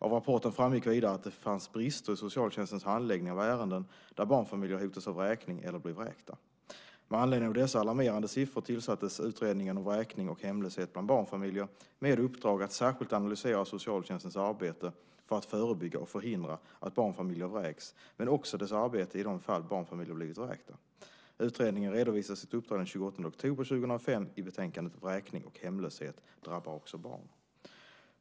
Av rapporten framgick vidare att det fanns brister i socialtjänstens handläggning av ärenden där barnfamiljer hotas av vräkning eller blir vräkta. Med anledning av dessa alarmerande siffror tillsattes Utredningen om vräkning och hemlöshet bland barnfamiljer med uppdrag att särskilt analysera socialtjänstens arbete för att förebygga och förhindra att barnfamiljer vräks men också dess arbete i de fall barnfamiljer blivit vräkta. Utredningen redovisade sitt uppdrag den 28 oktober 2005 i betänkandet Vräkning och hemlöshet - drabbar också barn.